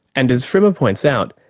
and as frimer points out,